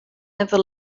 never